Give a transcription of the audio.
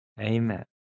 Amen